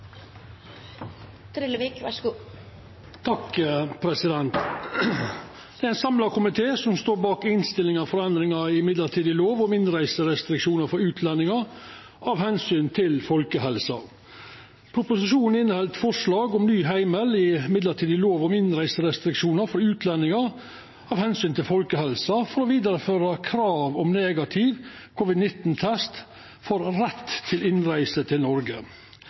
står bak innstillinga i denne saka om «Endringer i midlertidig lov om innreiserestriksjoner for utlendinger av hensyn til folkehelsen». Proposisjonen inneheld forslag om ny heimel i mellombels lov om innreiserestriksjonar for utlendingar av omsyn til folkehelsa for å vidareføra krav om negativ covid-19-test for rett til innreise til